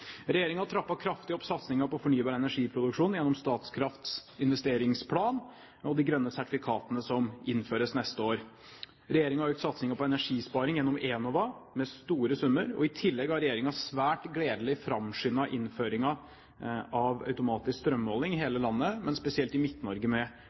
har trappet kraftig opp satsingen på fornybar energiproduksjon gjennom Statkrafts investeringsplan og de grønne sertifikatene som innføres neste år. Regjeringen har økt satsingen på energisparing gjennom Enova med store summer, og i tillegg har regjeringen svært gledelig framskyndet innføringen av automatisk strømmåling i hele landet, men spesielt i Midt-Norge, med